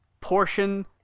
portion